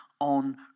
on